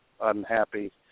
unhappy